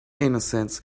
innocence